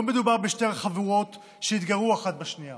לא מדובר בשתי חבורות שהתגרו אחת בשנייה.